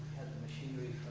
machinery